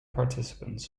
participants